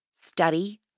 study